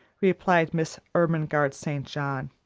replied miss ermengarde st. john.